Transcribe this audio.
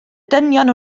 dynion